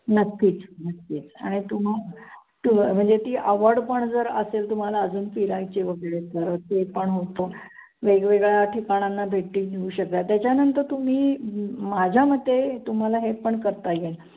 नक्कीच नक्कीच आणि तुम्हा तू म्हणजे ती आवड पण जर असेल तुम्हाला अजून फिरायची वगैरे तर ते पण होतं वेगवेगळ्या ठिकाणांना भेटी घेऊ शकता त्याच्यानंतर तुम्ही माझ्या मते तुम्हाला हे पण करता येईल